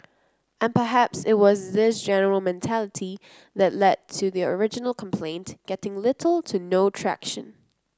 and perhaps it was this general mentality that lead to the original complaint getting little to no traction